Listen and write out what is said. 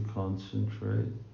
concentrate